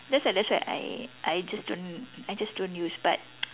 that's why that's why I I just don't I just don't use but